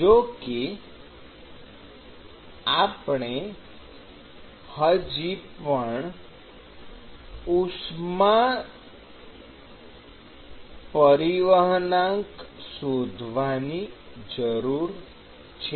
જો કે આપણે હજી પણ ઉષ્મા પરિવહનાંક શોધવાની જરૂર છે